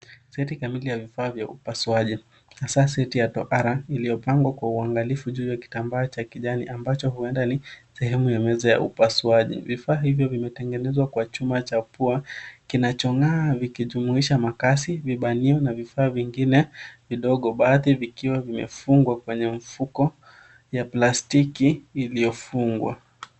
Seti kamili ya vifaa vya upasuaji. Hasa seti ya tohara, iliyopangwa kwa uangalifu juu ya kitambaa cha kijani ambacho huenda ni sehemu ya meza ya upasuaji. Vifaa hivyo vimetengenezwa kwa chuma cha pua kinachong’aa vikijumuisha makasi, vibanio na vifaa vingine vidogo, baadhi vikiwa vimefungwa kwenye mfuko ya plastiki uliyofungwa.